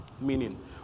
Meaning